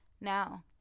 Now